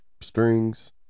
Strings